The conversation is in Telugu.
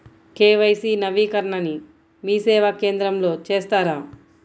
కే.వై.సి నవీకరణని మీసేవా కేంద్రం లో చేస్తారా?